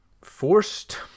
forced